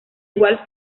igual